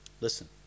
Listen